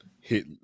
hit